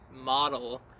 model